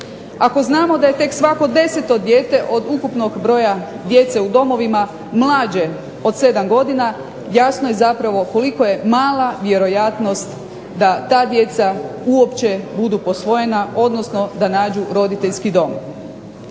Ako znamo da je tek svako 10. dijete od ukupnog broja djece u domovima mlađe od 7 godina, jasno je zapravo koliko je mala vjerojatnost da ta djeca uopće budu usvojena odnosno da nađu roditeljski dom.